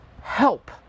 help